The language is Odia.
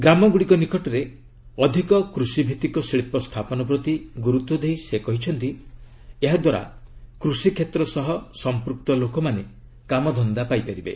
ଗ୍ରାମଗୁଡ଼ିକ ନିକଟରେ ଅଧିକ କୃଷି ଭିଭିକ ଶିଳ୍ପ ସ୍ଥାପନ ପ୍ରତି ଗୁରୁତ୍ୱ ଦେଇ ସେ କହିଛନ୍ତି ଏହା ଦ୍ୱାରା କୃଷିକ୍ଷେତ୍ର ସହ ସଂପୃକ୍ତ ଲୋକମାନେ କାମଧନ୍ଦା ପାଇପାରିବେ